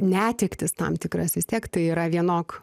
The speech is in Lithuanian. netektis tam tikras vis tiek tai yra vienok